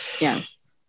yes